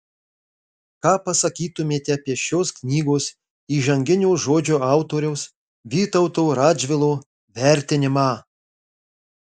ką pasakytumėte apie šios knygos įžanginio žodžio autoriaus vytauto radžvilo vertinimą